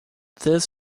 this